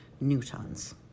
newtons